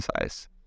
size